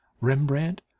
Rembrandt